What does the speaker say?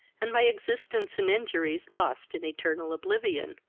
and my existence and injuries lost in eternal oblivion.